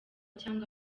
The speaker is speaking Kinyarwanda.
cyangwa